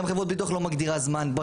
גם חברת ביטוח לא מגדירה זמן.